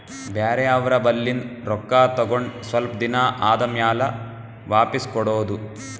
ಬ್ಯಾರೆ ಅವ್ರ ಬಲ್ಲಿಂದ್ ರೊಕ್ಕಾ ತಗೊಂಡ್ ಸ್ವಲ್ಪ್ ದಿನಾ ಆದಮ್ಯಾಲ ವಾಪಿಸ್ ಕೊಡೋದು